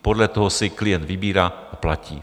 Podle toho si klient vybírá a platí.